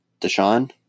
Deshaun